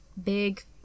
big